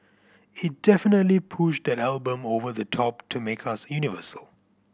it definitely pushed that album over the top to make us universal